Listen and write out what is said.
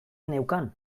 neukan